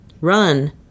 Run